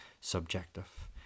subjective